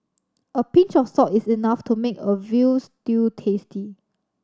a pinch of salt is enough to make a veal stew tasty